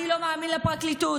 אני לא מאמין לפרקליטות,